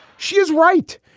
she is right.